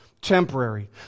temporary